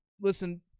listen